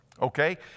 Okay